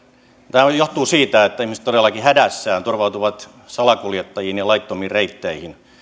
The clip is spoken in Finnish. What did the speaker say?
tämä johtuu siitä että ihmiset todellakin hädässään turvautuvat salakuljettajiin ja laittomiin reitteihin